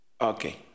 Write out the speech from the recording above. okay